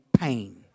pain